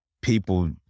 people